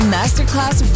Masterclass